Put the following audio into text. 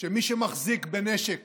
שמי שמחזיק בנשק